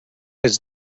his